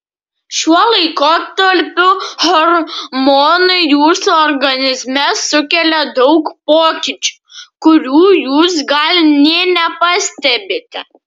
šiuo laikotarpiu hormonai jūsų organizme sukelia daug pokyčių kurių jūs gal nė nepastebite